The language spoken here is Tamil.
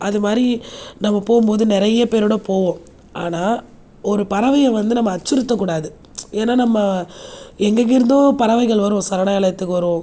அதுமாதிரி நம்ம போகும்போது நிறைய பேரோடு போவோம் ஆனால் ஒரு பறவையை வந்து நம்ம அச்சுறுத்த கூடாது ஏன்னால் நம்ம எங்கெங்கேருந்தோ பறவைகள் வரும் சரணாலயத்துக்கு வரும்